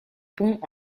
pont